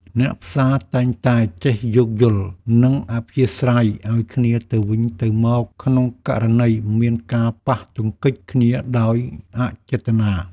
អ្នកផ្សារតែងតែចេះយោគយល់ និងអធ្យាស្រ័យឱ្យគ្នាទៅវិញទៅមកក្នុងករណីមានការប៉ះទង្គិចគ្នាដោយអចេតនា។